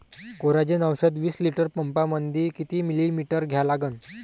Coragen औषध विस litre पंपामंदी किती मिलीमिटर घ्या लागन?